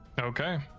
Okay